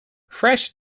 fresh